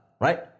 right